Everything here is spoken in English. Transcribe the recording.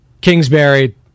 Kingsbury